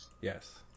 Yes